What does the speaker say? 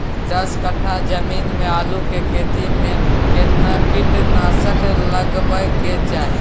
दस कट्ठा जमीन में आलू के खेती म केतना कीट नासक लगबै के चाही?